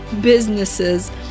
businesses